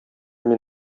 мин